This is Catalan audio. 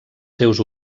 seus